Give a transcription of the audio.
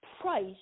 price